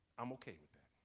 i'm okay with that.